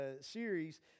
series